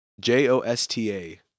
J-O-S-T-A